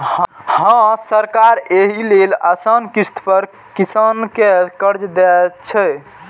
हां, सरकार एहि लेल आसान किस्त पर किसान कें कर्ज दै छै